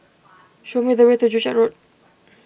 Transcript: show me the way to Joo Chiat Road